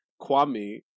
Kwame